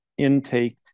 intaked